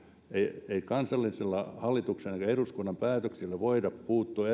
ei ei kansallisilla hallituksen eikä eduskunnan päätöksillä voida puuttua